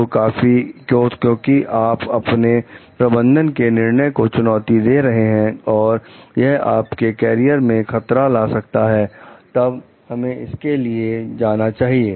तो क्योंकि आप अपने प्रबंधक के निर्णय को चुनौती दे रहे हैं और यह आपके कैरियर में खतरा ला सकता है तब हमें इसके लिए जाना चाहिए